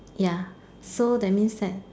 ya so that means that